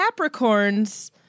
Capricorns